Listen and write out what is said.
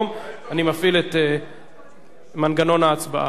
מפעיל את מנגנון ההצבעה.